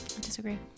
disagree